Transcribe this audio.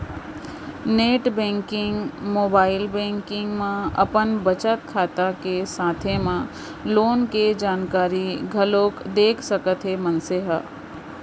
net banking, mobile banking म अपन बचत खाता के साथे म लोन के जानकारी घलोक देख सकत हे मनसे ह